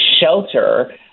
shelter